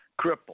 cripple